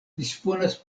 disponas